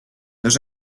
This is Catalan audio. dos